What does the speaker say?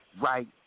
right